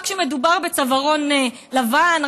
רק כשמדובר בצווארון לבן,